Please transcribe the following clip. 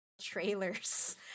trailers